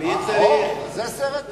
אוה, זה סרט אחר.